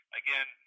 again